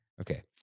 Okay